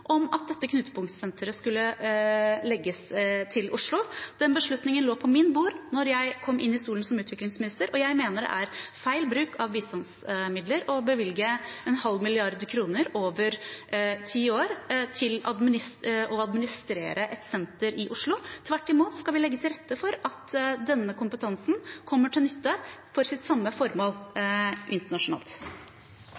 om at dette knutepunktsenteret skulle legges til Oslo. Den beslutningen lå på mitt bord da jeg kom inn i stolen som utviklingsminister, og jeg mener det er feil bruk av bistandsmidler å bevilge en halv milliard kroner over ti år til å administrere et senter i Oslo. Tvert imot skal vi legge til rette for at denne kompetansen kommer til nytte for samme formål